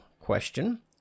question